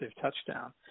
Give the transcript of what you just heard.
touchdown